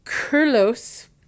Carlos